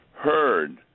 heard